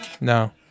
No